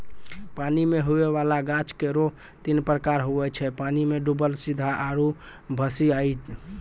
पानी मे हुवै वाला गाछ केरो तीन प्रकार हुवै छै पानी मे डुबल सीधा आरु भसिआइत